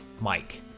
mike